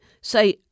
say